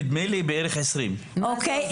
נדמה לי שבערך 20. אוקי.